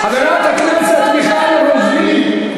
חברת הכנסת מיכל רוזין,